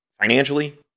Financially